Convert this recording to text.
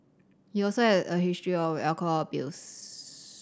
he also had a history of alcohol abuse